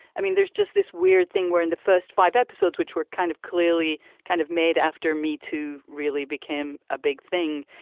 i mean, there's just this weird thing where in the first five episodes, which were kind of clearly kind of made after me, two really became a big thing.